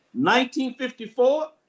1954